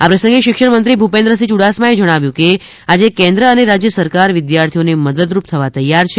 આ પ્રસંગે શિક્ષણમંત્રી શ્રી ભુપેન્દ્રસિંહ યુડાસમાએ જણાવ્યું હતું કે આજે કેન્દ્ર અને રાજ્ય સરકાર વિદ્યાર્થીઓને મદદરુપ થવા તૈયાર છે